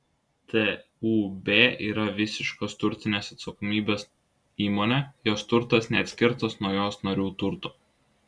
tūb yra visiškos turtinės atsakomybės įmonė jos turtas neatskirtas nuo jos narių turto